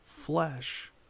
flesh